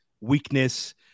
weakness